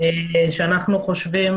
שאנחנו חושבים,